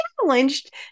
challenged